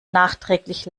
nachträglich